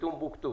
טומבוקטו